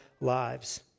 lives